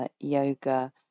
yoga